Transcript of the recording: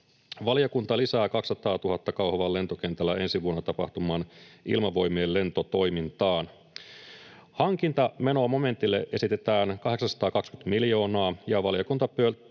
Valiokunta lisää 200 000 Kauhavan lentokentällä ensi vuonna tapahtuvaan Ilmavoi-mien lentotoimintaan. Hankintamenomomentille esitetään 820 miljoonaa. Valiokunta puoltaa